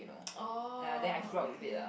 oh okay